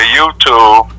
YouTube